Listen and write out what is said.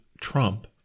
Trump